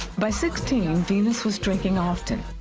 by sixteen, venus was drinking often.